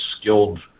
skilled